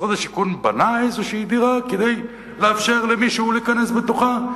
משרד השיכון בנה איזו דירה כדי לאפשר למישהו להיכנס לתוכה?